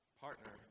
partner